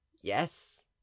yes